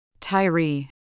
Tyree